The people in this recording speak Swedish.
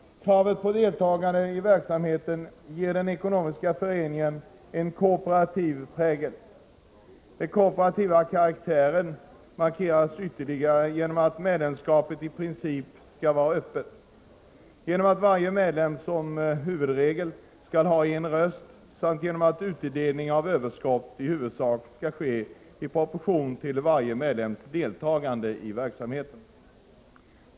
Kravet på deltagande i verksamheten ger den ekonomiska föreningen en kooperativ prägel. Den kooperativa karaktären markeras ytterligare genom att medlemskapet i princip skall vara öppet, genom att varje medlem som huvudregel skall ha en röst samt genom att utdelning av överskott i huvudsak skall ske i proportion till varje medlems deltagande i verksamheten.